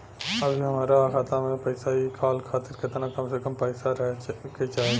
अभीहमरा खाता मे से पैसा इ कॉल खातिर केतना कम से कम पैसा रहे के चाही?